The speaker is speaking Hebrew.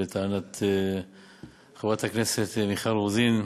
לטענת חברת הכנסת מיכל רוזין,